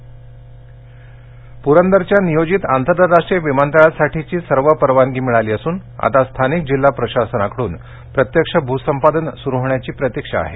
पुरंदर आंतरराष्ट्रीय विमानतळ प्रंदरच्या नियोजित आंतरराष्ट्रीय विमानतळासाठीची सर्व परवानगी मिळाली असून आता स्थानिक जिल्हा प्रशासनाकडून प्रत्यक्ष भूसंपादन सुरू होण्याची प्रतीक्षा आहे